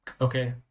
Okay